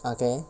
okay